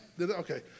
Okay